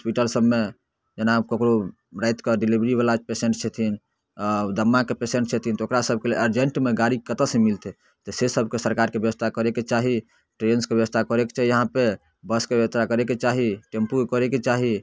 hospital सभमे जेना ककरो रातिके डिलीवरीवला पेशेन्ट छथिन आओर दम्माके पेशेन्ट छथिन तऽ ओकरा सभके लिए अर्जेंटमे गाड़ी कतऽसँ मिलतै तऽ से सभके सरकारके व्यवस्था करैके चाही ट्रेंसके व्यवस्था करैके चाही इहाँपर बसके व्यवस्था करैके चाही टेम्पू के करैके चाही